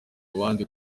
abandi